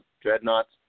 Dreadnoughts